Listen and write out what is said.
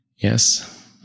Yes